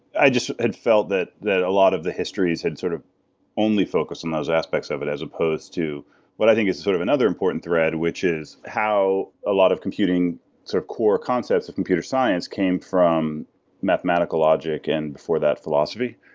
i just had felt that that a lot of the histories had sort of only focused on those aspects of it as supposed to what i think is sort of another important thread which is how a lot of computing core concepts of computer science came from mathematical logic and, before that, philosophy.